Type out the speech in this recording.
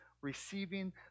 receiving